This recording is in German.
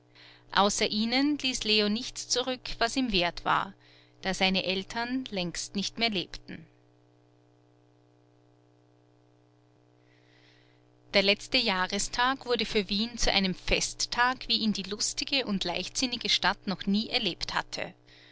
außer ihnen ließ leo nichts zurück was ihm wert war da seine eltern längst nicht mehr lebten der letzte jahrestag wurde für wien zu einem festtag wie ihn die lustige und leichtsinnige stadt noch nie erlebt hatte